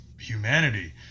humanity